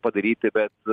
padaryti bet